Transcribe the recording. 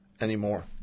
anymore